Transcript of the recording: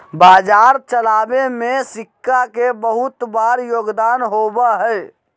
बाजार चलावे में सिक्का के बहुत बार योगदान होबा हई